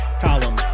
column